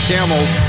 Camels